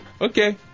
Okay